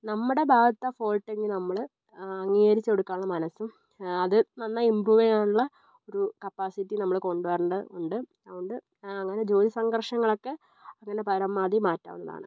നമ്മടെ ഭാഗത്താണ് ഫോൾട്ട് എങ്കിൽ നമ്മൾ അംഗീകരിച്ചു കൊടുക്കാനുള്ള മനസ്സും അത് നന്നായി ഇമ്പ്രൂവ് ചെയ്യാനുള്ള ഒരു കപ്പാസിറ്റിയും നമ്മൾ കൊണ്ടുവരേണ്ടത് ഉണ്ട് അതുകൊണ്ട് അങ്ങനെ ജോലി സംഘർഷങ്ങളൊക്കെ അങ്ങനെ പരമാവധി മാറ്റാവുന്നതാണ്